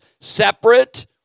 separate